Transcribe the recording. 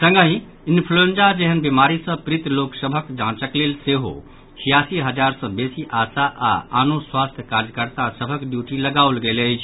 संगहि इन्फ्लूएंजा जेहन बीमारी सँ पीड़ित लोक सभक जांचक लेल सेहो छियासी हजार सँ बेसी आशा आओर आनो स्वास्थ्य कार्यकर्ता सभक ड्यूटी लगाओल गेल अछि